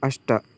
अष्ट